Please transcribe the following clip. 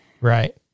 Right